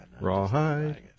Rawhide